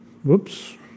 Whoops